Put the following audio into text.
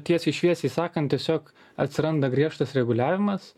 tiesiai šviesiai sakant tiesiog atsiranda griežtas reguliavimas